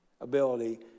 ability